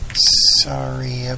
Sorry